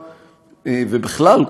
ובכלל,